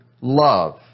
love